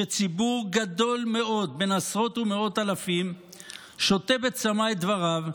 שציבור גדול מאוד בן עשרות ומאות אלפים שותה בצמא את דבריו,